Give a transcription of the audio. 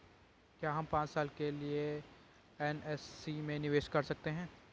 क्या हम पांच साल के लिए एन.एस.सी में निवेश कर सकते हैं?